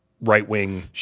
right-wing